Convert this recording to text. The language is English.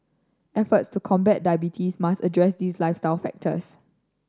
efforts to combat diabetes must address these lifestyle factors